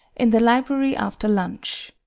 in the library after lunch.